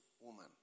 woman